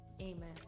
Amen